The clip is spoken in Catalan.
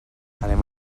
anem